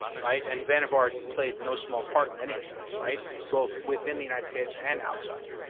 right? and vannevar played no small part in any of that, right? both within the united states and outside.